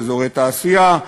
באזורי תעשייה,